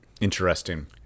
interesting